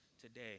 today